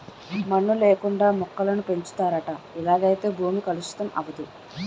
మన్ను లేకుండా మొక్కలను పెంచుతారట ఇలాగైతే భూమి కలుషితం అవదు